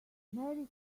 merry